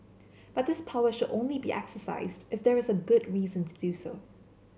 but this power should only be exercised if there is a good reason to do so